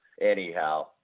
anyhow